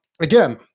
again